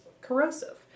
corrosive